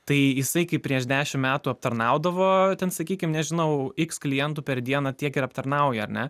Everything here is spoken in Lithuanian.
tai jisai kaip prieš dešimt metų aptarnaudavo ten sakykim nežinau iks klientų per dieną tiek ir aptarnauja ar ne